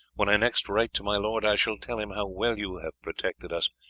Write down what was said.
when i next write to my lord i shall tell him how well you have protected us,